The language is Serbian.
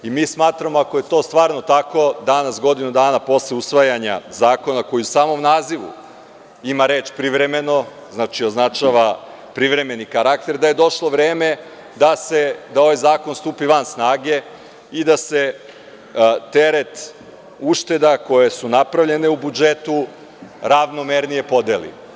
Mi smatramo, ako je to stvarno tako, danas godinu dana posle usvajanja zakona, koji u samom nazivu, ima reč privremeno, znači označava privremeni karakter, da je došlo vreme da ovaj zakon stupi van snage i da se teret ušteda koje su napravljene u budžetu ravnomernije podele.